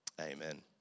Amen